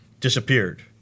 disappeared